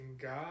God